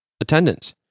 attendance